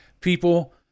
People